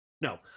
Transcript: no